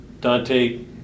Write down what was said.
Dante